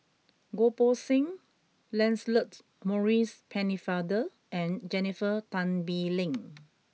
Goh Poh Seng Lancelot Maurice Pennefather and Jennifer Tan Bee Leng